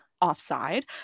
offside